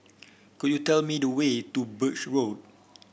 could you tell me the way to Birch Road